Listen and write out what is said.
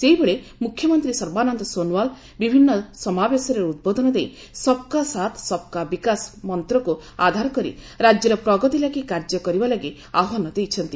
ସେହିଭଳି ମୁଖ୍ୟମନ୍ତ୍ରୀ ସର୍ବାନନ୍ଦ ସୋନୱାଲ ବିଭିନ୍ନ ସମାବେଶରେ ଉଦ୍ବୋଧନ ଦେଇ ସବ୍କା ସାଥ୍ ସବ୍କା ବିକାଶ' ମନ୍ତ୍ରକୁ ଆଧାର କରି ରାଜ୍ୟର ପ୍ରଗତି ଲାଗି କାର୍ଯ୍ୟ କରିବା ଲାଗି ଆହ୍ୱାନ ଦେଇଛନ୍ତି